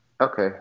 Okay